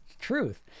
truth